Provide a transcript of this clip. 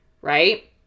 right